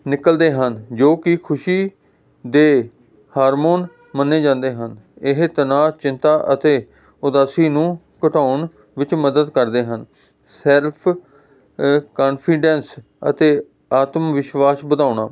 ਨਿਕਲਦੇ ਹਨ ਜੋ ਕਿ ਖੁਸ਼ੀ ਦੇ ਹਾਰਮੋਨ ਮੰਨੇ ਜਾਂਦੇ ਹਨ ਇਹ ਤਨਾਅ ਚਿੰਤਾ ਅਤੇ ਉਦਾਸੀ ਨੂੰ ਘਟਾਉਣ ਵਿੱਚ ਮਦਦ ਕਰਦੇ ਹਨ ਸੈਲਫ ਕੌਨਫੀਡੈਂਸ ਅਤੇ ਆਤਮ ਵਿਸ਼ਵਾਸ ਵਧਾਉਣਾ